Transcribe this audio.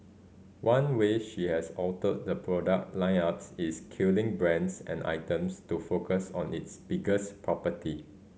one way she has altered the product line ups is killing brands and items to focus on its biggest property